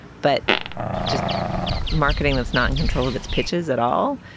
but just marketing that's not in control of its pitches at all.